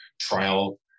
trial